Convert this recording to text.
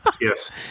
Yes